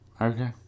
Okay